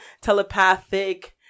telepathic-